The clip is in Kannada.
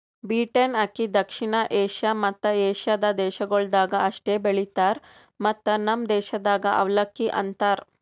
ಬೀಟೆನ್ ಅಕ್ಕಿ ದಕ್ಷಿಣ ಏಷ್ಯಾ ಮತ್ತ ಏಷ್ಯಾದ ದೇಶಗೊಳ್ದಾಗ್ ಅಷ್ಟೆ ಬೆಳಿತಾರ್ ಮತ್ತ ನಮ್ ದೇಶದಾಗ್ ಅವಲಕ್ಕಿ ಅಂತರ್